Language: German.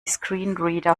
screenreader